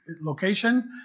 location